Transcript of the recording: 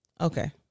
Okay